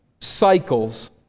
cycles